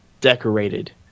decorated